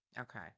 Okay